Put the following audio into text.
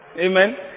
Amen